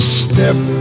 step